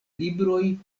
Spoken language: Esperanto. libroj